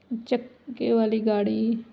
ਚੱਕੇ ਵਾਲੀ ਗਾੜੀ